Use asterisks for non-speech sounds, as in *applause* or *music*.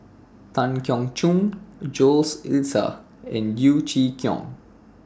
Tan Keong Choon Jules *unintelligible* and Yeo Chee Kiong